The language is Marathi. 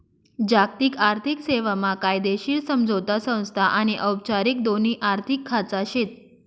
जागतिक आर्थिक सेवा मा कायदेशीर समझोता संस्था आनी औपचारिक दोन्ही आर्थिक खाचा शेत